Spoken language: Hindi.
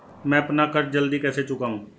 मैं अपना कर्ज जल्दी कैसे चुकाऊं?